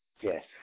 Yes